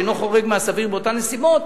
שאינו חורג מהסביר באותן נסיבות,